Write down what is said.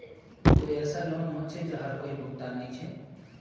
कोई ऐसा लोन होचे जहार कोई भुगतान नी छे?